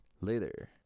later